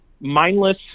mindless